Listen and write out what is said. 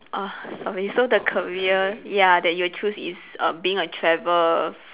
ah sorry so the career ya that you choose is err being a travel